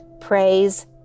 Praise